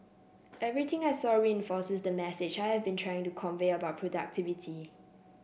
everything I saw reinforces the message I have been trying to convey about productivity